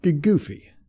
goofy